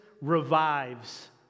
revives